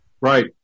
Right